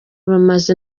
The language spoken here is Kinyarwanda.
bamaze